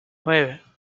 nueve